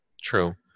True